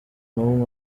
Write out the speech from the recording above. n’umwe